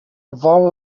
vol